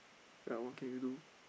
ya what can you do